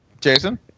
Jason